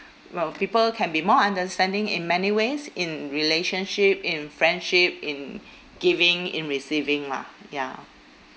well people can be more understanding in many ways in relationship in friendship in giving in receiving lah ya